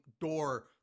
door